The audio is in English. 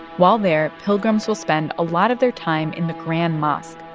while there, pilgrims will spend a lot of their time in the grand mosque,